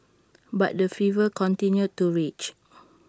but the fever continued to rage